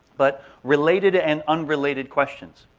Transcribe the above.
but related and unrelated questions.